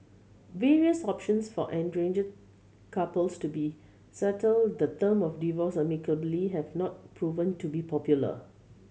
various options for estranged couples to be settle the term of divorce amicably have not proven to be popular